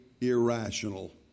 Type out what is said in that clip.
irrational